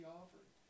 offered